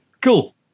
Cool